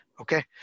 okay